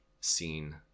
scene